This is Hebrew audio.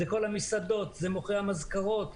זה כל המסעדות, מוכרי המזכרות.